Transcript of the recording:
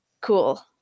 Cool